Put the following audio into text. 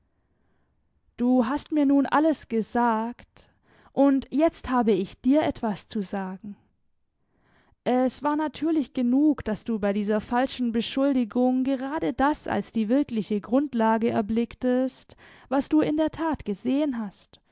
du hast mir nun alles gesagt und jetzt habe ich dir etwas zu sagen es war natürlich genug daß du bei dieser falschen beschuldigung gerade das als die wirkliche grundlage erblicktest was du in der tat gesehen hast